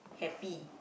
happy